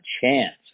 chance